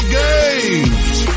games